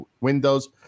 windows